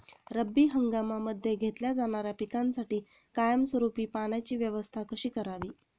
रब्बी हंगामामध्ये घेतल्या जाणाऱ्या पिकांसाठी कायमस्वरूपी पाण्याची व्यवस्था कशी करावी?